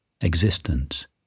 Existence